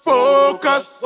Focus